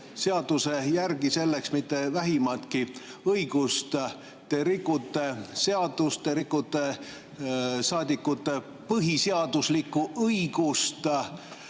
seaduse järgi selleks mitte vähimatki õigust. Te rikute seadust, te rikute saadikute põhiseaduslikku õigust